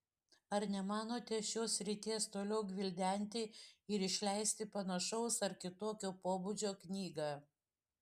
ar nemanote šios srities toliau gvildenti ir išleisti panašaus ar kitokio pobūdžio knygą